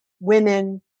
women